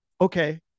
okay